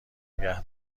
نگه